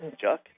Chuck